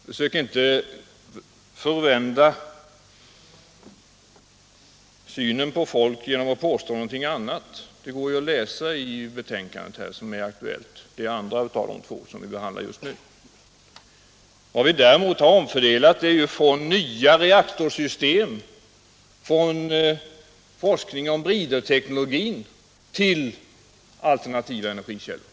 Försök inte förvända synen på folk genom att påstå något LL annat. Det går att läsa i det andra av de två betänkanden som vi behandlar = Särskilt tillstånd att just nu. Vad vi däremot har gjort är att vi har omfördelat anslagen från = tillföra kärnreakatt avse forskning om nya reaktorsystem, forskning om briderteknologi, — tor kärnbränsle, till forskning om alternativa energikällor.